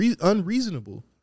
unreasonable